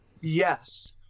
Yes